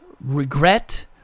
regret